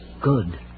Good